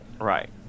Right